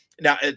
Now